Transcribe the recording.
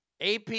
AP